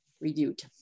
reviewed